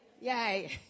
Yay